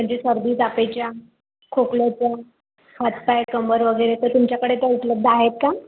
म्हणजे सर्दी तापाच्या खोकल्याच्या हातपाय कमर वगैरे तर तुमच्याकडे त्या उपलब्ध आहे का